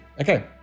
Okay